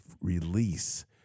release